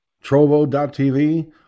Trovo.TV